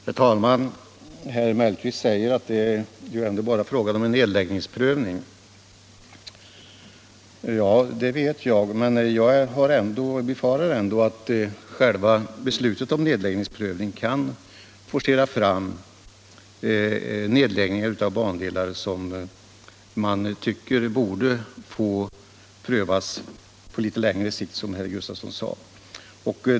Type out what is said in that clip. Herr talman! Herr Mellqvist säger att det bara är fråga om en nedläggningsprövning. Ja, det vet jag, men jag befarar ändå att själva beslutet om nedläggningsprövning kan forcera fram nedläggningar av bandelar som man tycker borde få prövas på litet längre sikt, som herr Sven Gustafson i Göteborg sade.